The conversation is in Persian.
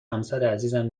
همسرعزیزم